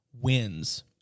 wins